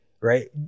right